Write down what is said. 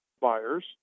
buyers